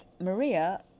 Maria